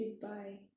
goodbye